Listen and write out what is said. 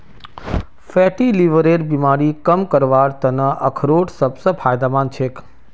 fatty लीवरेर बीमारी कम करवार त न अखरोट सबस फायदेमंद छेक